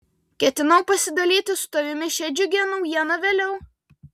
ketinau pasidalyti su tavimi šia džiugia naujiena vėliau